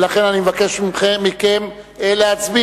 ולכן אני מבקש מכם להצביע.